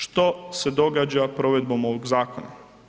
Što se događa provedbom ovog zakona?